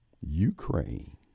Ukraine